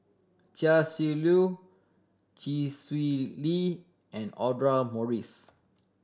Chia Shi Lu Chee Swee Lee and Audra Morrice